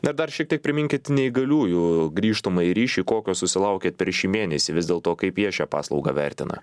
na ir dar šiek tiek priminkit neįgaliųjų grįžtamąjį ryšį kokio susilaukėt per šį mėnesį vis dėlto kaip jie šią paslaugą vertina